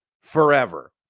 forever